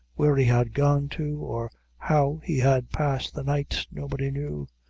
where he had gone to, or how he had passed the night, nobody knew.